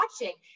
watching